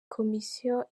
komisiyo